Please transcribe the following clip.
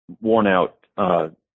worn-out